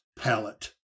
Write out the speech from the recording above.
Palette